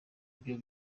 byo